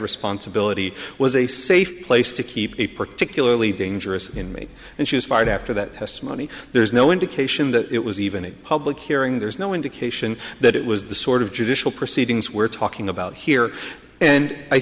responsibility was a safe place to keep a particularly dangerous in me and she was fired after that testimony there's no indication that it was even a public hearing there's no indication that it was the sort of judicial proceedings we're talking about here and i